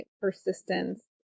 persistence